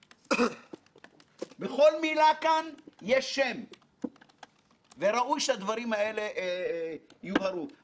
שהוועדה הוציאה את המיטב ולא נדרשת ועדה נוספת כדי לבדוק את השוק.